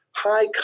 High